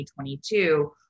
2022